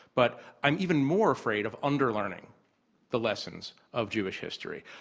but i'm even more afraid of underlearning the lessons of jewish history.